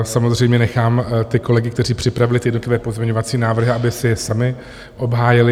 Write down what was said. Samozřejmě nechám ty kolegy, kteří připravili jednotlivé pozměňovací návrhy, aby si je sami obhájili.